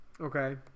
Okay